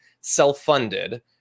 self-funded